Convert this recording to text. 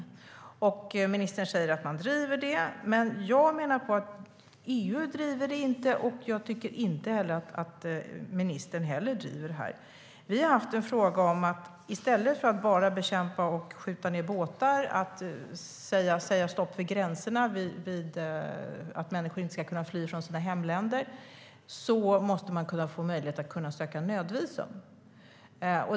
Ministern säger att regeringen driver frågan. Jag menar att EU inte driver frågan, och jag tycker inte heller att ministern driver frågan. Kristdemokraterna har föreslagit att i stället för att bekämpa, skjuta på båtar och säga stopp vid gränserna, att människor inte ska kunna fly från sina hemländer, ska det finnas möjlighet att söka nödvisum.